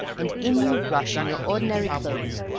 and in you rush in your ordinary clothes.